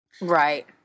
Right